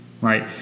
Right